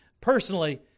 personally